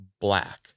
black